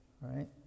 right